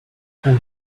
and